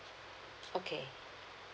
okay